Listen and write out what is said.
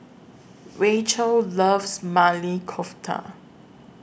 Rachael loves Maili Kofta